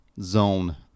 zone